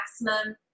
maximum